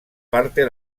parte